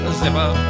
zipper